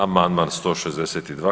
Amandman 162.